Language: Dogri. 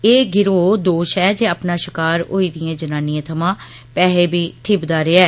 एह् गिरोह् दोश ऐ जे अपना षिकार होई दिएं जनानिएं थमां पैहे बी ठिब्बदा रेआ ऐ